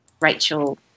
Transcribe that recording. Rachel